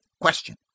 Question